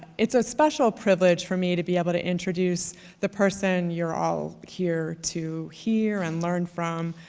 it's a special privilege for me to be able to introduce the person you're all here to hear and learn from,